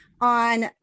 on